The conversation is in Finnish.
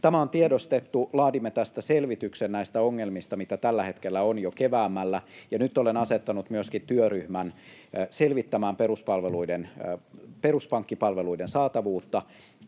Tämä on tiedostettu. Laadimme jo keväämmällä selvityksen näistä ongelmista, mitä tällä hetkellä on, ja nyt olen myöskin asettanut työryhmän selvittämään peruspankkipalveluiden saatavuutta.